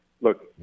Look